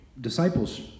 disciples